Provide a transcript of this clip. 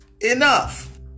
enough